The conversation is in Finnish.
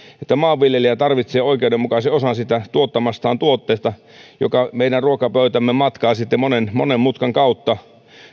että maanviljelijä tarvitsee oikeudenmukaisen osan siitä tuottamastaan tuotteesta suomalaisesta puhtaasta ruoasta joka meidän ruokapöytäämme matkaa sitten monen monen mutkan kautta